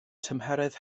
tymheredd